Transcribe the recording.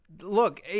Look